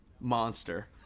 monster